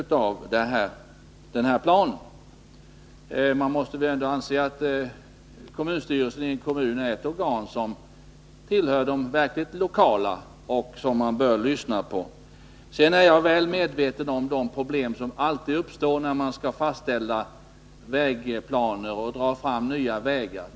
Man måste väl ändå anse att kommunstyrelsen tillhör de verkligt lokala organen, som man bör lyssna på. Jag är väl medveten om de problem som alltid uppstår, när man skall fastställa vägplaner och dra fram nya vägar.